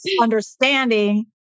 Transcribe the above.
understanding